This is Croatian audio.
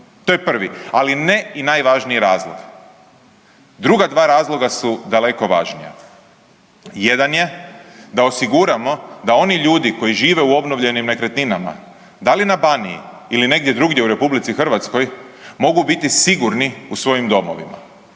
To je prvi, ali ne i najvažniji razlog. Druga dva razloga su daleko važnija, jedan je da osiguramo da oni ljudi koji žive u obnovljenim nekretninama da li na Baniji ili negdje drugdje u RH mogu biti sigurni u svojim domovima.